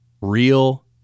Real